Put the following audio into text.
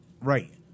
Right